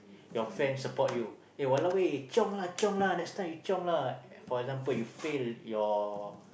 your friend support you eh !walao! eh chiong lah chiong lah next time you chiong lah for example you fail your